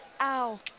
ow